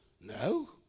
No